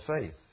faith